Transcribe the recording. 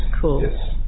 cool